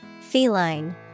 Feline